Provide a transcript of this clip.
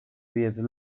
diet